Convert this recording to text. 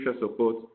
support